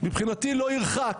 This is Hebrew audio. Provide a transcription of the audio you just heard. מבחינתי לא ירחק